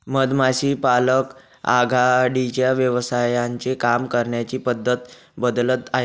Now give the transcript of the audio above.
मधमाशी पालक आघाडीच्या व्यवसायांचे काम करण्याची पद्धत बदलत आहे